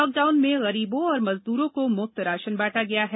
lockdown में गरीबों और मजदूरों को मुफत राशन बांटा गया है